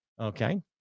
Okay